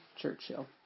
Churchill